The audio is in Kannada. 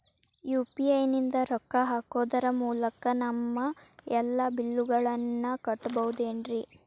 ಯು.ಪಿ.ಐ ನಿಂದ ರೊಕ್ಕ ಹಾಕೋದರ ಮೂಲಕ ನಮ್ಮ ಎಲ್ಲ ಬಿಲ್ಲುಗಳನ್ನ ಕಟ್ಟಬಹುದೇನ್ರಿ?